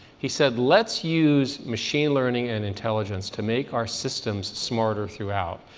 he said, let's use machine learning and intelligence to make our systems smarter throughout.